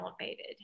elevated